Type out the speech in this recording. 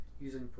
using